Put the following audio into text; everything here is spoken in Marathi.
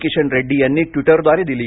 किशन रेड्डी यांनी ट्वीटरद्वारे दिली